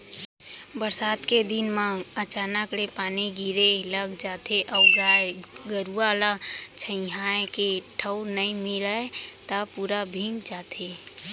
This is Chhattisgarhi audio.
बरसात के दिन म अचानक ले पानी गिरे लग जाथे अउ गाय गरूआ ल छंइहाए के ठउर नइ मिलय त पूरा भींग जाथे